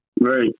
Right